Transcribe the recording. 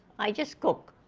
i just cook.